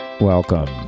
Welcome